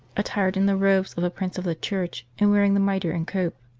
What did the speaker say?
attired in the robes of a prince of the church, and wearing the mitre and cope.